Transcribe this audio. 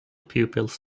pupils